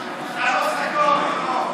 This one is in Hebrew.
הוא יהרוס את הכול עכשיו.